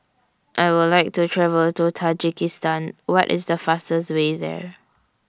I Would like to travel to Tajikistan What IS The fastest Way There